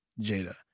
Jada